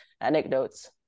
anecdotes